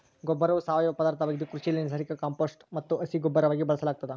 ಗೊಬ್ಬರವು ಸಾವಯವ ಪದಾರ್ಥವಾಗಿದ್ದು ಕೃಷಿಯಲ್ಲಿ ನೈಸರ್ಗಿಕ ಕಾಂಪೋಸ್ಟ್ ಮತ್ತು ಹಸಿರುಗೊಬ್ಬರವಾಗಿ ಬಳಸಲಾಗ್ತದ